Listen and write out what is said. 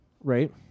right